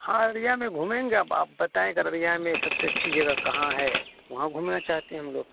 ہاں اریا میں گھومیں گے اب آپ بتائیں گگر اریا میں سب سے اچھی جگہ کہاں ہے وہاں گھومنا چاہتے ہیں ہم لوگ